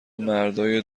مردای